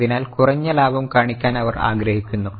അതിനാൽ കുറഞ്ഞ ലാഭം കാണിക്കാൻ അവർ ആഗ്രഹിക്കുന്നു